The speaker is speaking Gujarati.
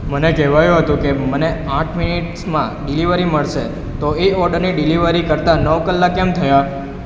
મને કહેવાયું હતું કે મને આઠ મિનીટ્સમાં ડિલિવરી મળશે તો એ ઓડરની ડિલિવરી કરતા નવ કલાક કેમ થયા